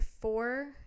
four